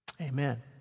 Amen